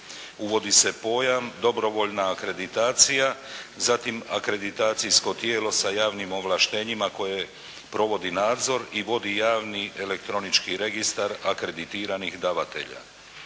Uvodi se pojam dobrovoljna akreditacija, zatim akreditacijsko tijelo sa javnim ovlaštenjima koje provodi nadzor i vodi javni elektronički registar akreditiranih davatelja.